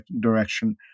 direction